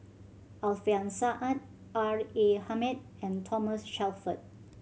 Alfian Sa'at R A Hamid and Thomas Shelford